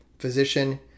Physician